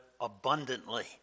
abundantly